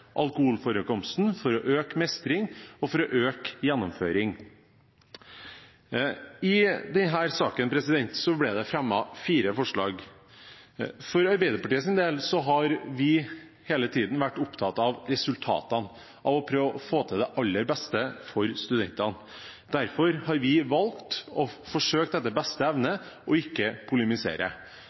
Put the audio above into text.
alkoholforekomsten, for å øke mestringen og for å øke gjennomføringen. I denne saken ble det fremmet fire forslag. For Arbeiderpartiets del har vi hele tiden vært opptatt av resultatene, av å prøve å få til det aller beste for studentene. Derfor har vi valgt – og forsøkt etter beste evne – å ikke